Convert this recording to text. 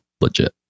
legit